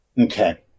Okay